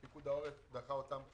פיקוד העורף דחה אותם.